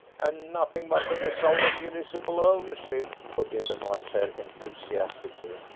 and nothing but the result of municipal ownership, put in the march hare enthusiastically,